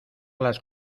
las